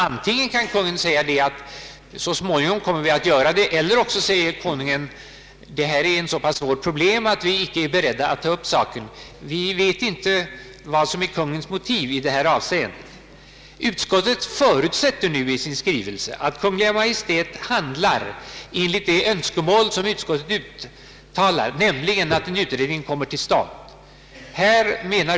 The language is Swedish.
Antingen kan Kungl. Maj:t säga att så småningom kommer vi att göra detta, eller också anser Kungl. Maj:t att det är ett så svårt problem att vi icke är beredda att ta upp saken. Vi vet inte vilket motivet är i detta avseende. Utskottet förutsätter i sin skrivning att Kungl. Maj:t handlar enligt utskottets önskemål, nämligen att en utredning kommer till stånd.